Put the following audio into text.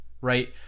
right